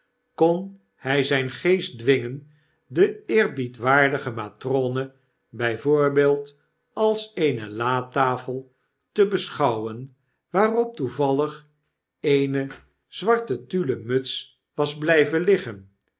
kon hy zijn geest dwingen de eerbiedwaardige matrone by v als eene latafel te beschouwen waarop toevallig eene zwarte tullen muts was blyvenliggenpja